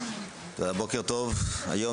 בוקר טוב, אני מתכבד לפתוח את ישיבת ועדת הבריאות.